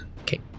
Okay